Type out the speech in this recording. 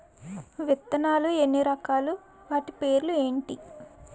విత్తనాలు ఎన్ని రకాలు, వాటి పేర్లు ఏంటి?